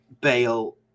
Bale